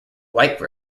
white